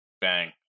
Bang